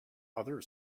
other